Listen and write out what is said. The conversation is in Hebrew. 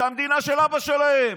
זו המדינה של אבא שלהם.